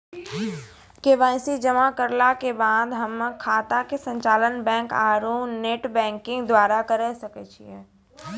KYC जमा करला के बाद हम्मय खाता के संचालन बैक आरू नेटबैंकिंग द्वारा करे सकय छियै?